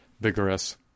vigorous